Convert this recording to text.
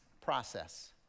process